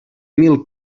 mil